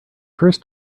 first